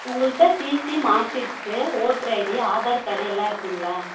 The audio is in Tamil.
உங்கள்கிட்ட TC marksheet voter ID Aadhaar card எல்லாம் இருக்குங்களா